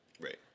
Right